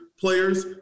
players